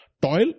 Toil